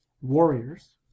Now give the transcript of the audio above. warriors